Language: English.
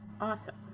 awesome